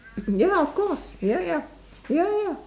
ya of course ya ya ya ya